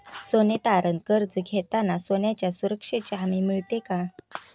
सोने तारण कर्ज घेताना सोन्याच्या सुरक्षेची हमी मिळते का?